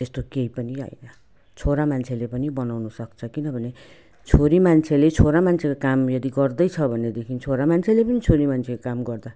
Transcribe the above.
त्यस्तो केही पनि होइन छोरा मान्छेले पनि बनाउनुसक्छ किनभने छोरी मान्छेले छोरा मान्छेको काम यदि गर्दैछ भनेदेखि छोरा मान्छेले पनि छोरी मान्छेको काम गर्दा